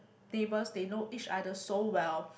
neighbours they know each other so well